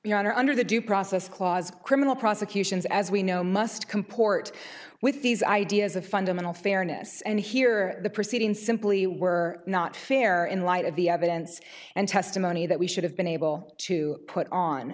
honor under the due process clause criminal prosecutions as we know must comport with these ideas of fundamental fairness and here the proceedings simply were not fair in light of the evidence and testimony that we should have been able to put on